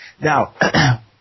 Now